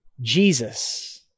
Jesus